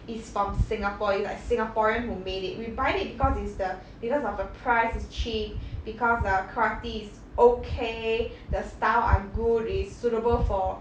it's from singapore it's like singaporean who made it we buy it because it's the because of the price is cheap because the crafting is okay the style are good is suitable for